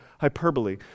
hyperbole